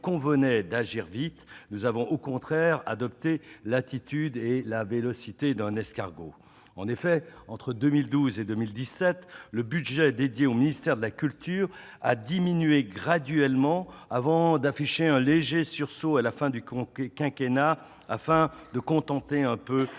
qu'il convenait d'agir vite, nous avons au contraire adopté l'attitude et la vélocité de l'escargot. En effet, entre 2012 et 2017, le budget dédié au ministère de la culture a diminué graduellement, avant d'afficher un léger sursaut, à la fin du quinquennat, pour contenter quelque peu la filière